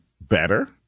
better